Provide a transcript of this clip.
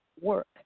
work